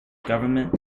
government